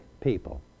people